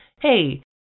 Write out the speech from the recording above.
hey